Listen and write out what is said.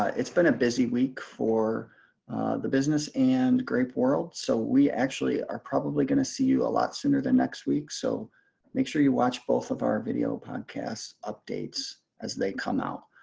it's been a busy week for the business and grape world so we actually are probably going to see you a lot sooner than next week so make sure you watch both of our video podcasts updates as they come out.